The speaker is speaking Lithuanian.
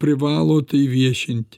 privalo tai viešinti